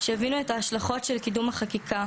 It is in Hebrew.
שיבינו את ההשלכות של קידום החקיקה,